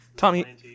Tommy